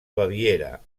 baviera